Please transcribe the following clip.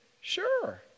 Sure